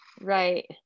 Right